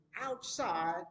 outside